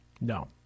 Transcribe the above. No